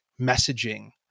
messaging